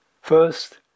First